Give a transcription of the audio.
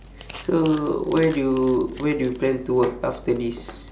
so where do you where do you plan to work after this